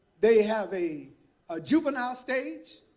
they have a ah juvenile stage.